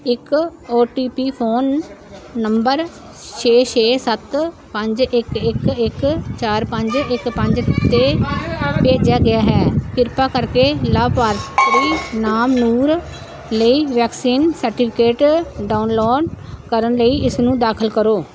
ਇੱਕ O T P phone number ਛੇ ਛੇ ਸੱਤ ਪੰਜ ਇੱਕ ਇੱਕ ਇੱਕ ਚਾਰ ਪੰਜ ਇੱਕ ਪੰਜ 'ਤੇ ਭੇਜਿਆ ਗਿਆ ਹੈ ਕਿਰਪਾ ਕਰਕੇ ਲਾਭਪਾਤਰੀ ਨਾਮ ਨੂਰ ਲਈ ਵੈਕਸੀਨ ਸਰਟੀਫਿਕੇਟ ਡਾਊਨਲੋਡ ਕਰਨ ਲਈ ਇਸਨੂੰ ਦਾਖਲ ਕਰੋ